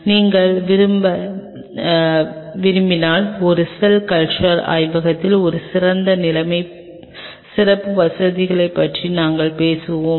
நீங்கள் உருவாக்க விரும்பினால் ஒரு செல் கல்ச்சர் ஆய்வகத்தில் ஒரு சிறப்பு நிலைமை சிறப்பு வசதிகளைப் பற்றி நாங்கள் பேசுவோம்